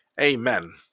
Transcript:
Amen